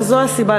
וזו הסיבה,